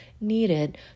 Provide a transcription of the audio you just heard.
needed